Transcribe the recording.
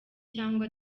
cyangwa